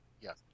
Yes